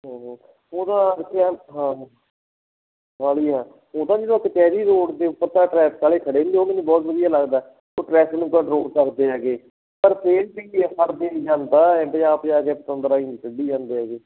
ਉਹਦਾ ਵੀ ਧਿਆਨ ਹਾਂ ਕਾਹਲੀ ਹੈ ਉਹਦਾ ਜਦੋਂ ਕਚਹਿਰੀ ਰੋਡ ਦੇ ਉੱਪਰ ਤਾਂ ਟ੍ਰੈਫਿਕ ਵਾਲੇ ਖੜ੍ਹੇ ਹੁੰਦੇ ਉਹ ਮੈਨੂੰ ਬਹੁਤ ਵਧੀਆ ਲੱਗਦਾ ਉਹ ਟ੍ਰੈਫਿਕ ਨੂੰ ਕੰਟਰੋਲ ਕਰਦੇ ਹੈਗੇ ਪਰ ਫੇਰ ਵੀ ਕੀ ਹੈ ਫੜਦੇ ਨਹੀਂ ਭਜਾ ਭਜਾ ਕੇ ਪਤੰਦਰ ਆਂਈ ਕੱਢੀ ਜਾਂਦੇ ਹੈਗੇ